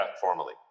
Formally